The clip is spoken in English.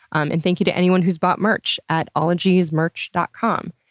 um and thank you to anyone who's bought merch at ologiesmerch dot com,